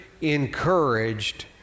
encouraged